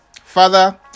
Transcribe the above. father